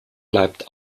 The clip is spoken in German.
bleibt